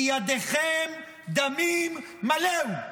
כי "ידיכם דמים מלאו".